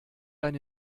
dein